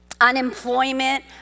unemployment